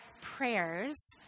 prayers